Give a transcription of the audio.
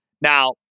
Now